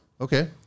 Okay